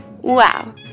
Wow